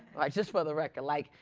just for the record. like,